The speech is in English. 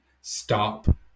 Stop